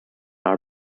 our